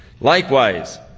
Likewise